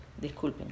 Disculpen